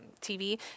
tv